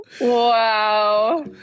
Wow